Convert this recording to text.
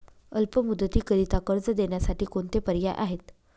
अल्प मुदतीकरीता कर्ज देण्यासाठी कोणते पर्याय आहेत?